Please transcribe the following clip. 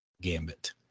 gambit